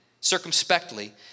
circumspectly